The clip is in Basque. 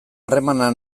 harremana